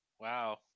Wow